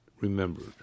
remembered